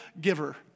giver